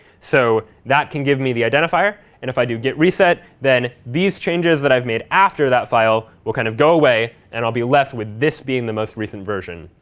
so that can give me the identifier, and if i do git reset, then these changes that i've made after that file will kind of go away, and i'll be left with this being the most recent version.